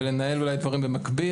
ולנהל דברים במקביל.